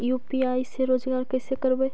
UPI से रोजगार कैसे करबय?